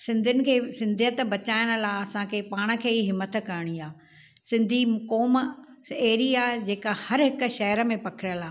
सिंधियुनि खे सिंधियत बचाइण लाइ असांखे पाण खे ई हिमत करिणी आहे सिंधी क़ौम अहिड़ी आहे जेका हर हिकु शहर में पखिड़ियल आहे